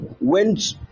went